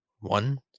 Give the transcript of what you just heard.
one